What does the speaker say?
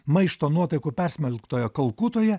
maišto nuotaikų persmelktoje kalkutoje